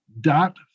Dot